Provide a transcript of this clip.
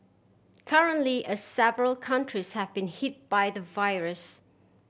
currently a several countries have been hit by the virus